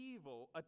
evil